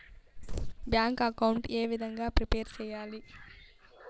Bank account ఏ విధంగా prepare సెయ్యాలి?